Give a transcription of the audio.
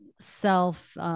self